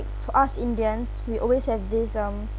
for us indians we always have this um